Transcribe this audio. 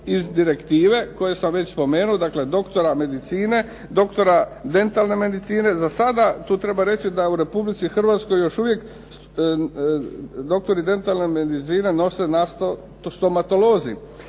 iz direktive koje sam već spomenuo. Dakle, doktora medicine, doktora dentalne medicine. Za sada tu treba reći da u Republici Hrvatskoj još uvijek doktori dentalne medicine nose naslov stomatolozi